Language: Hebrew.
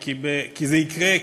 כי זה יקרה,